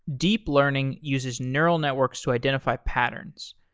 deep learning uses neural networks to identify patterns.